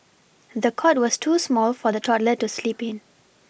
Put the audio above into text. the cot was too small for the toddler to sleep in